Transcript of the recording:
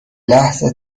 لحظه